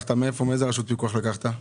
מאיזו רשות פיקוח לקחת כאן?